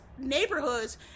neighborhoods